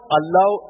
allow